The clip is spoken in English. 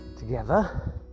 Together